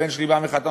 הבן שלי בא מחתונה,